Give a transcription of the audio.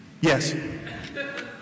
Yes